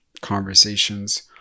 conversations